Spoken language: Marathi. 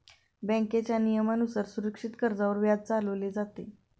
बँकेच्या नियमानुसार सुरक्षित कर्जावर व्याज चालवले जाते